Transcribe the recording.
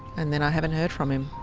and then i haven't heard from him.